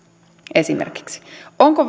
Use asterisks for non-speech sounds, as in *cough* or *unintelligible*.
esimerkiksi onko *unintelligible*